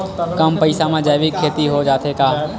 कम पईसा मा जैविक खेती हो जाथे का?